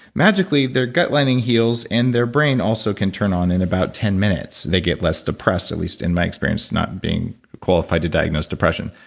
magically, their gut lining heals and their brain also can turn on in about ten minutes. they get less depressed, at least in my experience, not being qualified to diagnose depression.